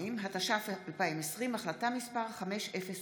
2), התש"ף 2020, החלטה מס' 5005,